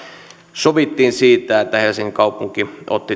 sovittiin siitä että helsingin kaupunki otti